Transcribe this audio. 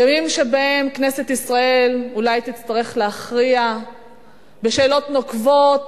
ימים שבהם כנסת ישראל אולי תצטרך להכריע בשאלות נוקבות